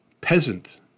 peasant